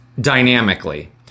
dynamically